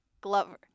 Glover